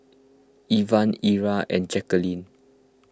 Ivan Ilah and Jaqueline